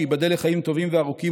שייבדל לחיים טובים וארוכים,